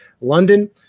London